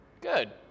Good